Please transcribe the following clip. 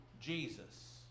Jesus